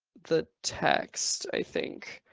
the text, i think,